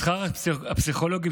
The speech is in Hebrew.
שכר הפסיכולוגים,